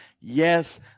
yes